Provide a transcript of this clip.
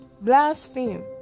blaspheme